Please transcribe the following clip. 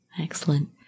Excellent